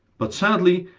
but sadly,